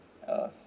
us